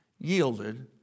yielded